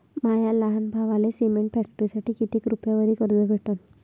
माया लहान भावाले सिमेंट फॅक्टरीसाठी कितीक रुपयावरी कर्ज भेटनं?